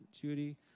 Judy